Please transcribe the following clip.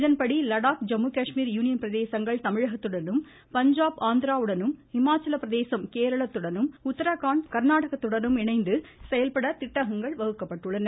இதன்படி லடாக் ஜம்மு காஷ்மீர் யூனியன் பிரதேசங்கள் தமிழகத்துடனும் பஞ்சாப் ஆந்திராவுடனும் இமாச்சலப்பிரதேசம் கேரளத்துடனும் உத்ரகாண்ட் கர்நாடகத்துடனும் இணைந்து செயல்பட திட்டங்கள் வகுக்கப்பட்டுள்ளன